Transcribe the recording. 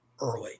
early